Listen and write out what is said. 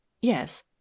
yes